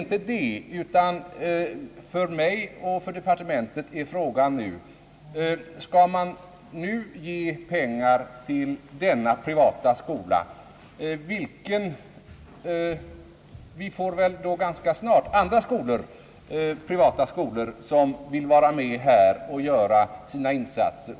Skulle vi ge pengar till denna privata skola skulle väl ganska snart andra privata skolor vilja ha bidrag för att vara med här och göra sina insatser.